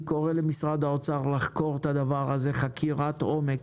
אני קורא למשרד האוצר לחקור את הדבר הזה חקירת עומק